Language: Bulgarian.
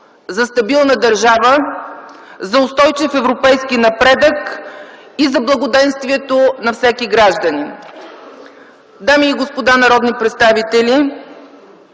за стабилна държава, за устойчив европейски напредък и за благоденствието на всеки гражданин. Дами и господа народни представители,